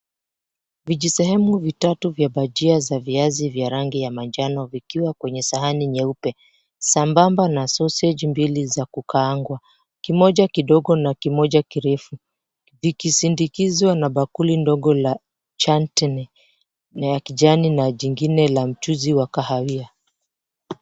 Vijisehemu vitatu vya bajia za viazi za rangi ya manjano vikiwa kwenye sahani nyeupe sambamba na soseji mbili za kukaangwa, kimoja kidogo na kimoja kirefu vikisindikizwa na bakuli ndogo la chanteni na ya kijani na jingine la mchuzi wa kahawia.